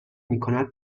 میکند